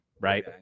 right